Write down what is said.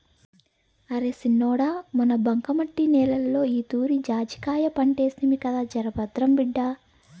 అరే సిన్నోడా మన బంకమట్టి నేలలో ఈతూరి జాజికాయ పంటేస్తిమి కదా జరభద్రం బిడ్డా